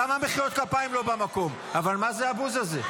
גם מחיאות הכפיים לא במקום, אבל מה זה הבוז הזה?